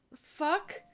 Fuck